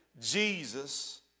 Jesus